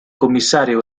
commissario